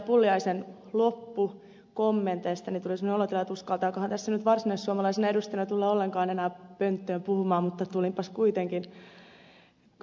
pulliaisen loppukommenteista tuli semmoinen olotila että uskaltaakohan tässä nyt varsinaissuomalaisena edustajana tulla ollenkaan enää pönttöön puhumaan mutta tulinpas kuitenkin